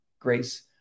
Grace